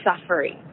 suffering